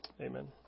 Amen